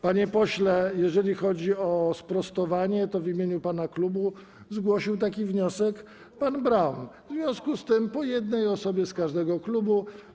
Panie pośle, jeżeli chodzi o sprostowanie, to w imieniu pana klubu zgłosił taki wniosek pan Braun, w związku z tym po jednej osobie z każdego klubu.